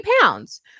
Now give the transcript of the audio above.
pounds